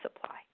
supply